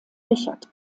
richard